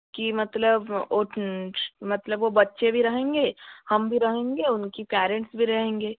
कि मतलब वो मतलब वो बच्चे भी रहेंगे हम भी रहेंगे उनके पैरंट्स भी रहेंगे